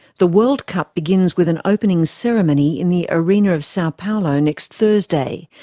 the world cup begins with an opening ceremony in the arena of sao paulo next thursday,